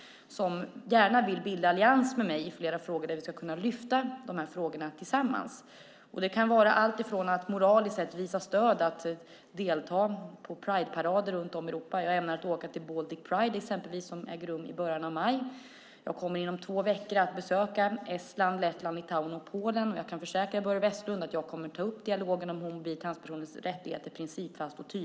De vill gärna bilda allians med mig i flera frågor för att vi tillsammans ska kunna lyfta fram dem. Det kan vara att moraliskt visa stöd genom att delta i Prideparader runt om i Europa. Jag ämnar exempelvis åka till Baltic Pride, som äger rum i början av maj. Jag kommer inom två veckor att besöka Estland, Lettland, Litauen och Polen, och jag kan försäkra Börje Vestlund att jag kommer att principfast och tydligt föra en dialog om rättigheterna för homo och bisexuella samt transpersoner.